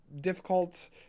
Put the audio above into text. difficult